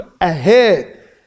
ahead